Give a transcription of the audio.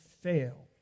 fail